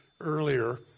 earlier